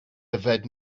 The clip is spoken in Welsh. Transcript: yfed